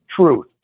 truth